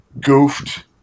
goofed